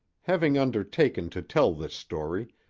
having undertaken to tell this story,